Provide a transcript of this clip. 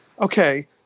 okay